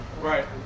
Right